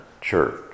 Church